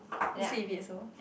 you sleep with it also